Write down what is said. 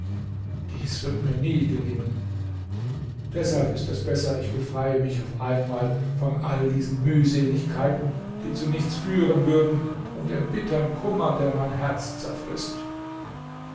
dies wird mir nie gelingen deshalb ist es besser ich befreie mich auf einmal von all diesen mühseligkeiten die zu nichts führen würden und dem bittern kummer der mein herz